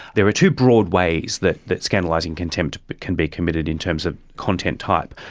there are two broad ways that that scandalising contempt can be committed in terms of content type.